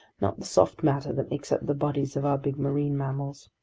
not the soft matter that makes up the bodies of our big marine mammals.